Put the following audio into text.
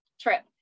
trip